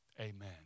Amen